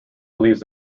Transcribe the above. believes